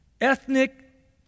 ethnic